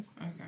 okay